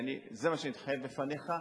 זה מה שאני מתחייב בפניך.